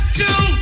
two